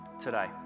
today